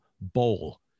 bowl